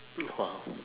!wow!